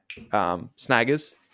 snaggers